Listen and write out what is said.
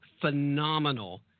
phenomenal